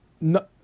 No